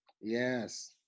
Yes